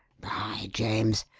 by james!